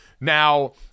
Now